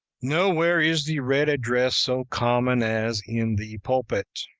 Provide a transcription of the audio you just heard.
nowhere is the read-address so common as in the pulpit